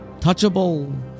touchable